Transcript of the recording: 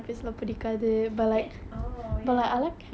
oh அது எப்படி இருக்குன்னு உனக்கு தெரியுமா:athu eppadi irukkunnu unakku theriyumaa